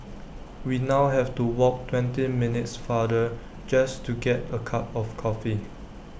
we now have to walk twenty minutes farther just to get A cup of coffee